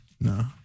No